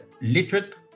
literate